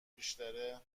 بیشتره